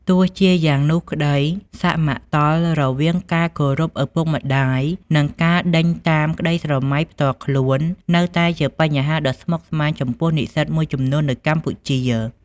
ទោះជាយ៉ាងនោះក្ដី សមតុល្យរវាងការគោរពឪពុកម្ដាយ និងការដេញតាមក្ដីស្រមៃផ្ទាល់ខ្លួន នៅតែជាបញ្ហាដ៏ស្មុគស្មាញចំពោះនិស្សិតមួយចំនួននៅកម្ពុជា។